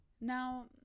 Now